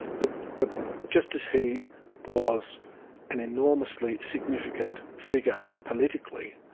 but but just as he was an enormously significant figure politically,